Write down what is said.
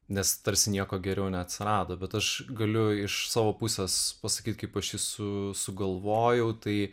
nes tarsi nieko geriau neatsirado bet aš galiu iš savo pusės pasakyti kaip aš jį su sugalvojau tai